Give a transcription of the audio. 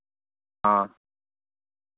ആ